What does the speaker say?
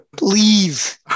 Leave